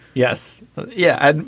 yes yeah. and